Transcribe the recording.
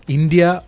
India